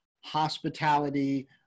hospitality